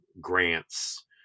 grants